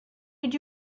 did